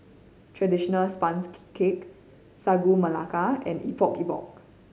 traditional sponges cake Sagu Melaka and Epok Epok